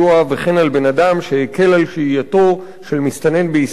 וכן על בן-אדם שהקל על שהייתו של מסתנן בישראל,